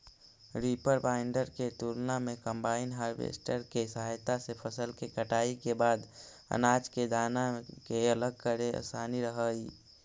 reaper binder के तुलना में कम्बाइन हार्वेस्टर के सहायता से फसल के कटाई के बाद अनाज के दाना के अलग करे में असानी रहऽ हई